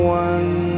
one